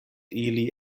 ili